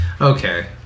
Okay